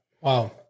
Wow